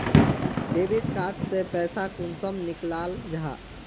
Debit card से पैसा कुंसम निकलाल जाहा?